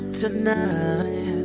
tonight